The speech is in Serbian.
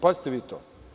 Pazite vi to.